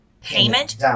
payment